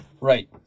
Right